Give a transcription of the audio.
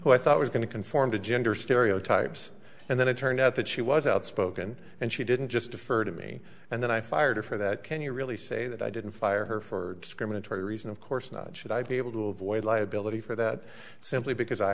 who i thought was going to conform to gender stereotypes and then it turned out that she was outspoken and she didn't just defer to me and then i fired her for that can you really say that i didn't fire her for discriminatory reason of course not should i be able to avoid liability for that simply because i